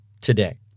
today